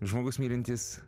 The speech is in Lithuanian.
žmogus mylintis